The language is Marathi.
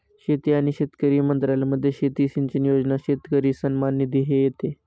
शेती आणि शेतकरी मंत्रालयामध्ये शेती सिंचन योजना, शेतकरी सन्मान निधी हे येते